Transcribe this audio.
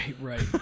right